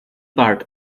part